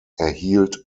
erhielt